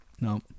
no